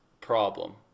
problem